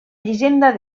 llegenda